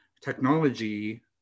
technology